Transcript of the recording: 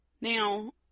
Now